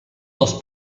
dels